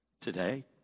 today